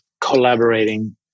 collaborating